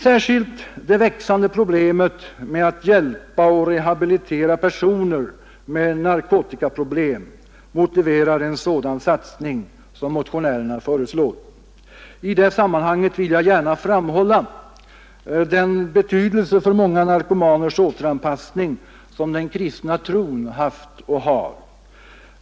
Särskilt det växande problemet med att hjälpa och rehabilitera personer med narkotikaproblem motiverar en sådan satsning som motionärerna föreslår. I det sammanhanget vill jag gärna framhålla den betydelse för många narkomaners återanpassning som den kristna tron haft och har.